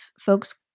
folks